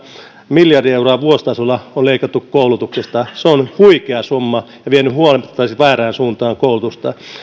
miljardi euroa vuositasolla on leikattu koulutuksesta se on huikea summa ja vienyt koulutusta huomattavasti väärään suuntaan